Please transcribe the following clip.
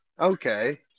Okay